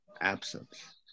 absence